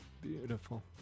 Beautiful